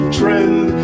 trend